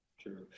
True